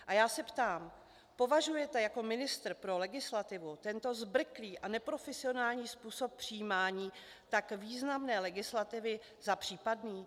A já se ptám: Považujete jako ministr pro legislativu tento zbrklý a neprofesionální způsob přijímání tak významné legislativy za případný?